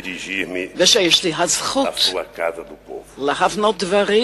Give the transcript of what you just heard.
ולזכות להפנות דברים